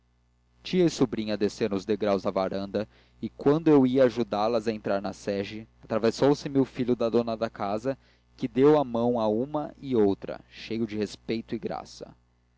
e sobrinha desceram os degraus da varanda e quando eu ia ajudá las a entrar na sege atravessou me o filho da dona da casa que deu a mão a uma e outra cheio de respeito e graça